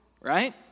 right